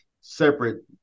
separate